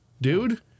dude